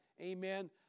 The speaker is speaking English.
amen